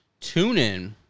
TuneIn